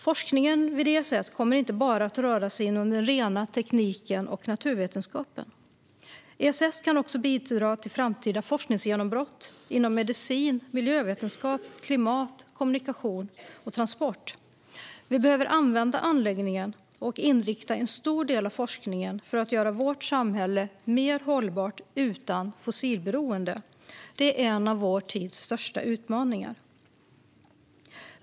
Forskningen vid ESS kommer inte bara att röra sig inom den rena tekniken och naturvetenskapen. ESS kan också bidra till framtida forskningsgenombrott inom medicin, miljövetenskap, klimat, kommunikation och transport. Vi behöver använda anläggningen och inrikta en stor del av forskningen på att göra vårt samhälle mer hållbart och utan fossilberoende. Det är en av vår tids största utmaningar.